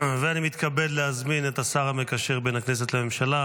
אני מתכבד להזמין את השר המקשר בין הכנסת לממשלה,